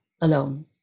alone